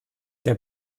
der